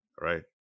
Right